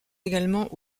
également